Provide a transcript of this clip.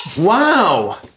Wow